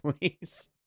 please